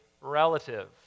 relative